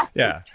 yeah.